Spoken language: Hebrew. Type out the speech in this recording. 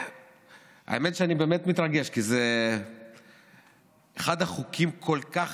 האמת היא שאני באמת מתרגש כי זה אחד החוקים הכל-כך